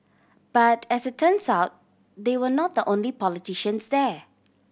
but as it turns out they were not the only politicians there